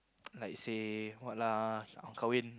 like say what lah